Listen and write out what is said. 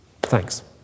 Thanks